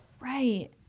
Right